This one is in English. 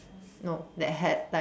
nope that had like